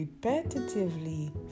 repetitively